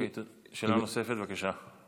שאלה נוספת, בבקשה.